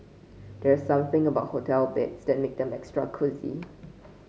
there's something about hotel beds that makes them extra cosy